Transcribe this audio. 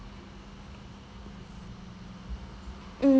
mm